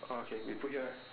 oh how uh